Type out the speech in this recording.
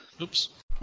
Oops